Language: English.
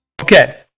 Okay